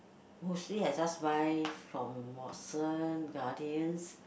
mostly I just buy from Watson Guardians